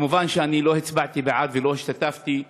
כמובן, לא הצבעתי בעד ולא השתתפתי,